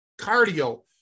cardio